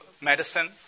medicine